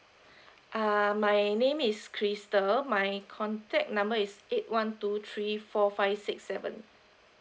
uh my name is crystal my contact number is eight one two three four five six seven